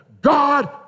God